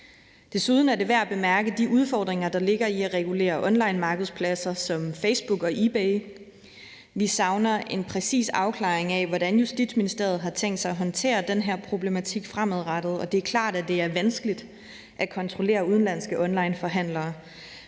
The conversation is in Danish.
Desuden er det værd at bemærke de udfordringer, der ligger i regulere onlinemarkedspladser som Facebook og eBay. Vi savner en præcis afklaring af, hvordan Justitsministeriet har tænkt sig at håndtere den her problematik fremadrettet, og det er klart, at det er vanskeligt at kontrollere udenlandske onlineforhandlere.